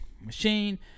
machine